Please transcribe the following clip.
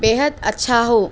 بے حد اچھا ہو